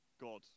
God